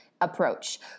approach